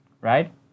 right